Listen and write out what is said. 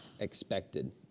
expected